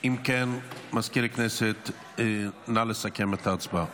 אם כן, מזכיר הכנסת, נא לסכם את ההצבעה.